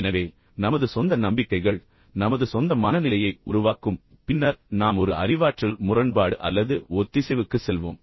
எனவே நமது சொந்த நம்பிக்கைகள் நமது சொந்த நம்பிக்கைகள் நமது சொந்த மனநிலையை உருவாக்கும் பின்னர் நாம் ஒரு அறிவாற்றல் முரண்பாடு அல்லது ஒத்திசைவுக்கு செல்வோம்